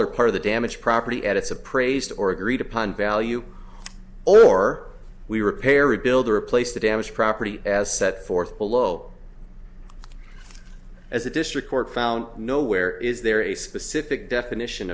or part of the damage property at its appraised or agreed upon value or we repair rebuild or replace the damaged property as set forth below as a district court found nowhere is there a specific definition